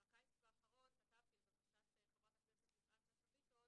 בקיץ האחרון כתבתי לבקשת חברת הכנסת יפעת שאשא ביטון